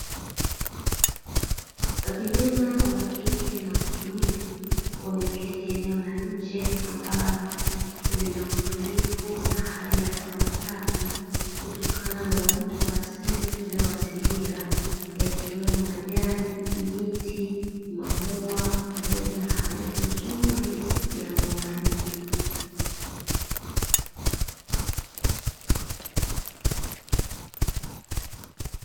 Vijana wakike na wakiume wameketi eneo la nje ambalo lina utulivu na hewa safi kutokana na uoto wa asili ulio wazingira yakiwemo majani, miti, maua pamoja na harufu nzuri ya mauaridi .